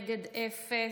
נגד, אפס.